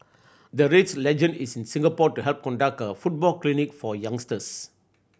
the Reds legend is in Singapore to help conduct a football clinic for youngsters